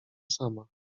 sama